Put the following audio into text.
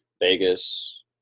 Vegas